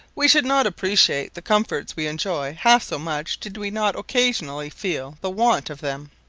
we should not appreciate the comforts we enjoy half so much did we not occasionally feel the want of them.